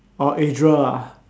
orh Adriel ah